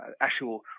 actual